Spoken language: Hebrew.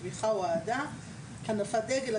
תמיכה או הנפת דגל,